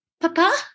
Papa